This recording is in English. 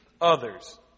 others